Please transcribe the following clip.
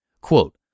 Quote